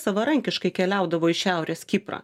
savarankiškai keliaudavo į šiaurės kiprą